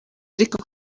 ariko